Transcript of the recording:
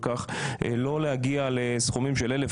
וכך לא להגיע לסכומים של 1,000,